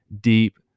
deep